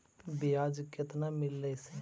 बियाज केतना मिललय से?